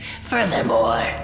Furthermore